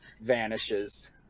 vanishes